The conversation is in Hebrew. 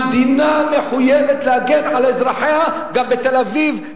המדינה מחויבת להגן על אזרחיה גם בתל-אביב,